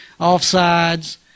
offsides